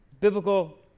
biblical